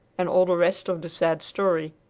and all the rest of the sad story.